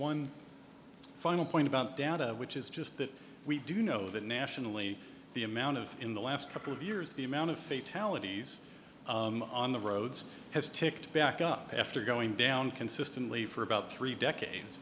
one final point about data which is just that we do know that nationally the amount of in the last couple of years the amount of faith talent on the roads has ticked back up after going down consistently for about three decades